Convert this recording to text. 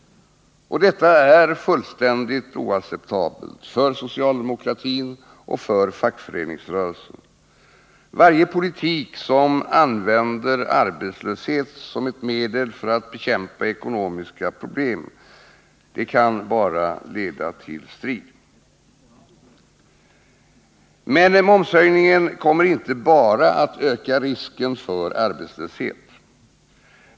Detta är fullständigt oacceptabelt för socialdemokratin och fackföreningsrörelsen. Varje politik som använder arbetslöshet som ett medel för att bekämpa ekonomiska problem kan bara leda till strid. Men momshöjningen kommer inte bara att öka risken för arbetslöshet.